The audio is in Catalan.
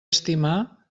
estimar